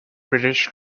british